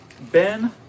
Ben